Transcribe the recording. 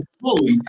fully